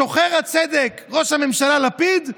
שוחר הצדק ראש הממשלה לפיד,